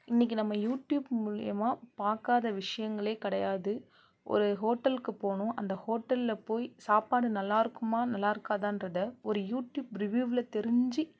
இன்றைக்கு நம்ம யூடியூப் மூலயமா பார்க்காத விஷயங்களே கிடையாது ஒரு ஹோட்டலுக்கு போகணும் அந்த ஹோட்டலில் போய் சாப்பாடு நல்லாயிருக்குமா நல்லாயிருக்காதான்றத ஒரு யூடியூப் ரிவியூவில் தெரிஞ்சு